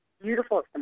beautiful